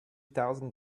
thousand